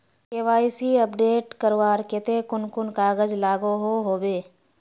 KYC update करवार केते कुन कुन कागज लागोहो होबे?